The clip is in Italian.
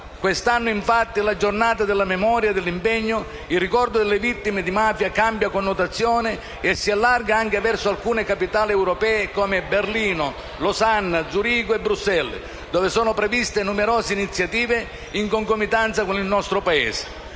Quest'anno, infatti, la Giornata della memoria e dell'impegno in ricordo delle vittime di mafia cambia connotazione e si allarga anche verso alcune capitali europee come Berlino, Losanna, Zurigo e Bruxelles, dove sono previste numerose iniziative in concomitanza con quelle nel nostro Paese.